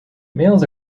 males